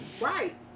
Right